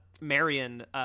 Marion